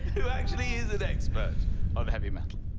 who actually is an expert on heavy metal.